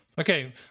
Okay